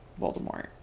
Voldemort